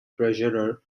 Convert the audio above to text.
treasurer